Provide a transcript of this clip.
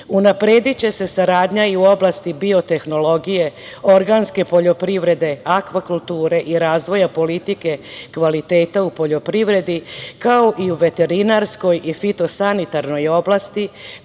proizvoda. Unaprediće se saradnja i u oblasti biotehnologije, organske poljoprivrede, akvakulture i razvoja politike kvaliteta u poljoprivredi, kao i u veterinarskoj i fitosanitarnoj oblasti